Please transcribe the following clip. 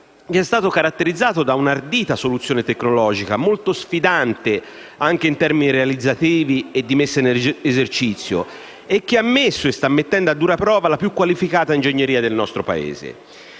è stato caratterizzato da un'ardita soluzione tecnologica, molto sfidante anche in termini realizzativi e di messa in esercizio, che ha messo e sta mettendo a dura prova la più qualificata ingegneria del nostro Paese.